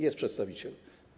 Jest przedstawiciel.